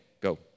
go